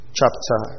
chapter